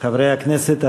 חברי הכנסת,